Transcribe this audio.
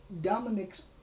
Dominic's